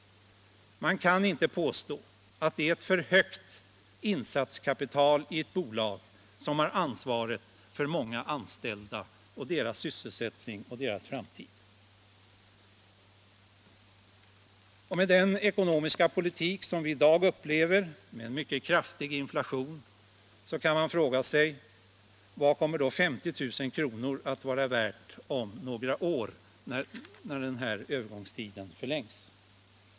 Man kan inte påstå att det är ett för högt insatskapital i ett bolag som har ansvaret för många anställda och deras sysselsättning och framtid. Med den ekonomiska politik som vi i dag upplever, med en mycket kraftig inflation, kan man fråga sig: Vad kommer 50 000 kr. att vara värda om några år när övergångstiden förlängs?